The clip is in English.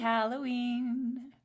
Halloween